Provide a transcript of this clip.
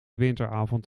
winteravond